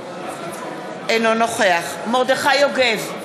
אינו נוכח מרדכי יוגב,